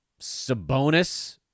Sabonis